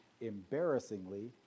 embarrassingly